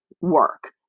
work